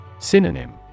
synonym